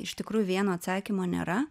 iš tikrų vieno atsakymo nėra